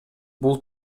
бул